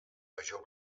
major